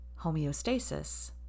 homeostasis